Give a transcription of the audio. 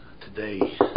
Today